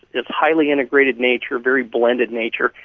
its highly integrated nature, very blended nature,